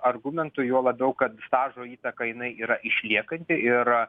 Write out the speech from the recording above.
argumentu juo labiau kad stažo įtaka jinai yra išliekanti ir